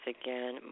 again